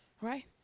right